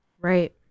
Right